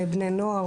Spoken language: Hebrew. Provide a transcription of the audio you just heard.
בני נוער,